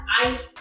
ice